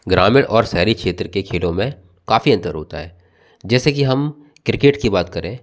ग्रामीण और शहरी क्षेत्र के खेलों में काफी अंतर होता है जैसे कि हम क्रिकेट की बात करें